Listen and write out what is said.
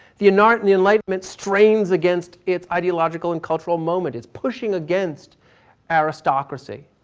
the and and the enlightenment strains against its ideological and cultural moment. it's pushing against aristocracy.